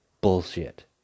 bullshit